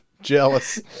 Jealous